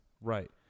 Right